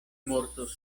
mortos